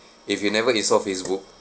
if you've never installed facebook